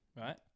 right